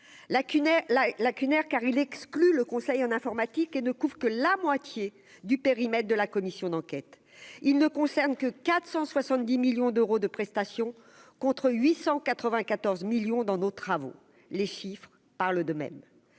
lacunaire car il exclut le conseil en informatique et ne couvre que la moitié du périmètre de la commission d'enquête, il ne concerne que 470 millions d'euros de prestations contre 894 millions dans nos travaux, les chiffres parlent d'eux-mêmes,